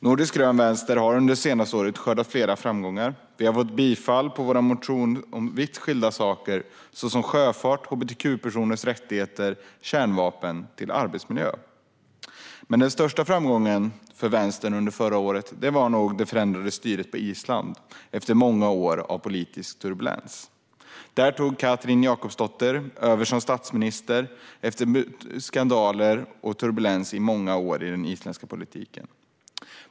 Nordisk grön vänster har under det senaste året skördat flera framgångar. Vi har fått bifall för våra motioner om så vitt skilda saker som sjöfart, hbtq-personers rättigheter, kärnvapen och arbetsmiljö. Men den största framgången för vänstern under förra året var nog det förändrade styret på Island. Där tog Katrín Jakobsdóttir över som statsminister efter många år av turbulens och skandaler i den isländska politiken.